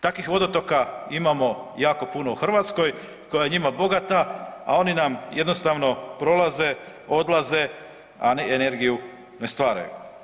Takvih vodotoka imamo jako puno u Hrvatskoj koja je njima bogata, a oni nam jednostavno prolaze, odlaze, a energiju ne stvaraju.